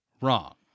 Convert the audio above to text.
Wrong